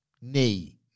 Knee